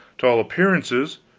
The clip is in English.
to all appearances,